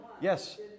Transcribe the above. Yes